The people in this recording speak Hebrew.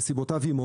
וסיבותיו עמו